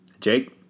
Jake